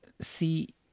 see